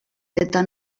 eta